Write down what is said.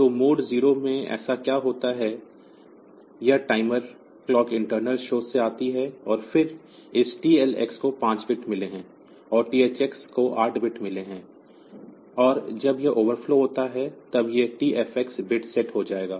तो मोड 0 में ऐसा क्या होता है यह टाइमर क्लॉक इंटर्नल स्रोत से आती है और फिर इस TLX को 5 बिट्स मिले हैं और THX को 8 बिट्स मिले हैं और जब यह ओवरफ्लो होता है तब यह TFx बिट सेट हो जाएगा